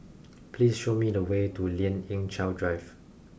please show me the way to Lien Ying Chow Drive